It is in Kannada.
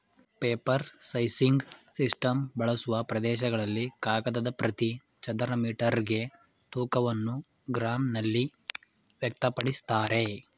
ಪೇಪರ್ ಸೈಸಿಂಗ್ ಸಿಸ್ಟಮ್ ಬಳಸುವ ಪ್ರದೇಶಗಳಲ್ಲಿ ಕಾಗದದ ಪ್ರತಿ ಚದರ ಮೀಟರ್ಗೆ ತೂಕವನ್ನು ಗ್ರಾಂನಲ್ಲಿ ವ್ಯಕ್ತಪಡಿಸ್ತಾರೆ